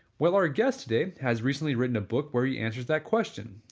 well, our guest today has recently written a book where he answers that question.